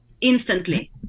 Instantly